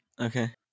okay